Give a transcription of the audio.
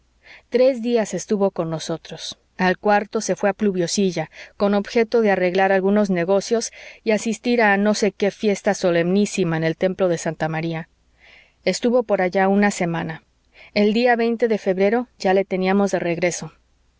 tres días estuvo con nosotros al cuarto se fué a pluviosilla con objeto de arreglar algunos negocios y asistir a no sé qué fiesta solemnísima en el templo de santa marta estuvo por allá una semana el día veinte de febrero ya le teníamos de regreso